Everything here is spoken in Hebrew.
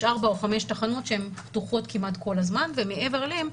יש ארבע או חמש תחנות שהן פתוחות כמעט כל הזמן ומעבר אליהן,